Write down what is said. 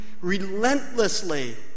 relentlessly